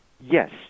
Yes